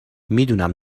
میدونم